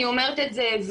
אני אומרת את זה,